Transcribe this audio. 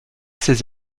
ses